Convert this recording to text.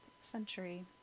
century